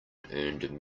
earned